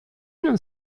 non